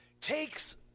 takes